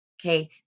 Okay